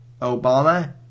Obama